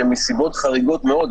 שמסיבות חריגות מאוד,